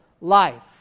life